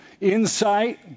insight